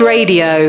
Radio